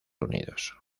unidos